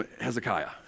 Hezekiah